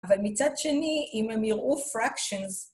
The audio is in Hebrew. אבל מצד שני, אם הם יראו fractions